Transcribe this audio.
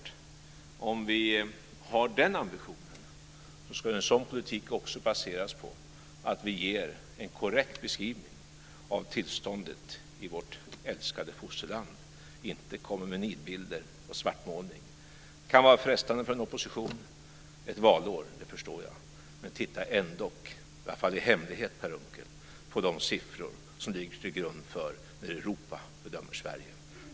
Om vi har den ambitionen så ska en sådan politik också baseras på att vi ger en korrekt beskrivning av tillståndet i vårt älskade fosterland och inte kommer med nidbilder och svartmålning. Det kan vara frestande för en opposition ett valår - det förstår jag. Men titta ändock, i varje fall i hemlighet, Per Unckel, på de siffror som ligger till grund för hur Europa bedömer Sverige!